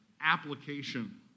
application